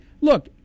look